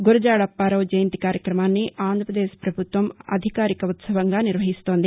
గురజాడ అప్పారావు జయంతి కార్యక్రమాన్ని ఆంధ్రప్రదేశ్ ప్రభుత్వం అధికారిక ఉత్సవంగా నిర్వహిస్తుంది